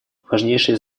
важнейшее